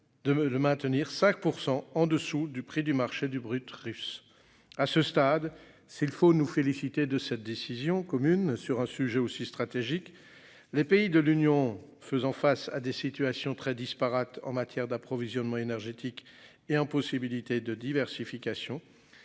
de maintenir 5% en dessous du prix du marché du brut russe. À ce stade s'il le faut nous féliciter de cette décision commune sur un sujet aussi stratégique. Les pays de l'Union faisant face à des situations très disparates en matière d'approvisionnement énergétique et impossibilité de diversification.